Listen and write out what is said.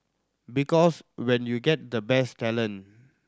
because when you get the best talent